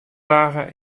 dagen